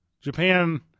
Japan